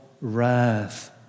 wrath